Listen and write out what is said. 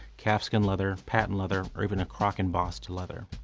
calfskin leather, patent leather, or even a croc-embossed leather.